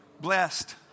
blessed